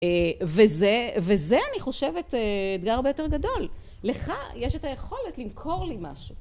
וזה אני חושבת אתגר הרבה יותר גדול, לך יש את היכולת למכור לי משהו.